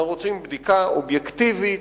אנחנו רוצים בדיקה אובייקטיבית,